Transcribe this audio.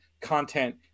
content